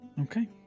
Okay